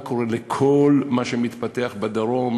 מה קורה לכל מה שמתפתח בדרום,